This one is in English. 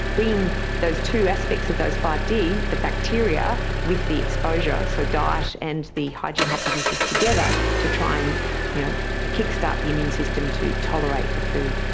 bringing those two aspects of those five ds, the bacteria with the exposure, so diet and the hygiene hypothesis together to try and you know kick-start the immune system to tolerate the food.